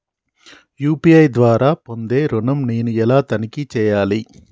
UPI ద్వారా పొందే ఋణం నేను ఎలా తనిఖీ చేయాలి?